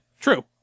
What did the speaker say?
True